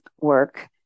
work